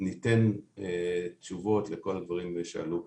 ניתן תשובות לכל הדברים שעלו פה.